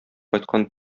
кайткан